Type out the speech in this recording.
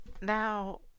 now